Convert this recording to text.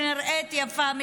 שנראית יפה,